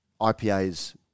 IPAs